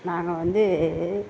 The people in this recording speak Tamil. நாங்கள் வந்து